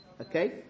Okay